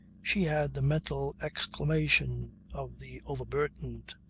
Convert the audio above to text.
she had the mental exclamation of the overburdened.